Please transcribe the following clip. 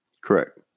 Correct